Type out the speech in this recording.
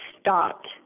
stopped